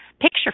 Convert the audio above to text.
picture